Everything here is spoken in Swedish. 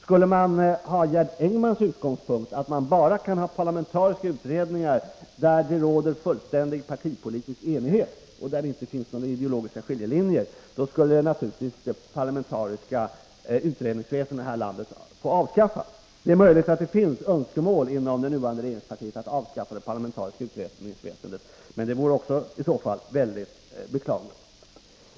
Skulle man ha Gerd Engmans utgångspunkt att man bara kan ha parlamentariska utredningar där det råder fullständig partipolitisk enighet och där det inte finns några ideologiska skiljelinjer, skulle naturligtvis det parlamentariska utredningsväsendet här i landet få avskaffas. Det är möjligt att det finns önskemål inom det nuvarande regeringspartiet om att avskaffa det parlamentariska utredningsväsendet, men det vore i så fall mycket beklagligt.